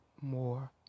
more